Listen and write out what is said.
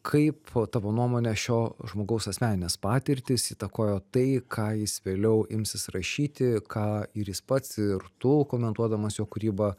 kaip tavo nuomone šio žmogaus asmeninės patirtys įtakojo tai ką jis vėliau imsis rašyti ką ir jis pats ir tu komentuodamas jo kūrybą